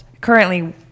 Currently